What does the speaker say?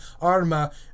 Arma